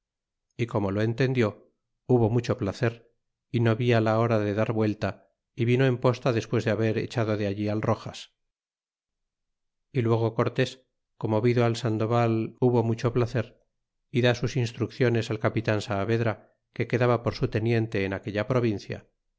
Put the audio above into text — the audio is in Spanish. y como lo entendió hubo mucho placer y no via la hora que dar vuelta y vino en posta despues de haber echado de allí al roxas y luego cortés como vido al sandoval hubo mucho placer da sus instrucciones al capitan saavedra que quedaba por su teniente en aquella provincia